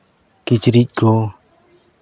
ᱠᱤᱪᱨᱤᱡ ᱠᱚ